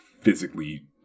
physically